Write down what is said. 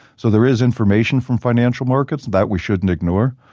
so there is information from financial markets that we shouldn't ignore.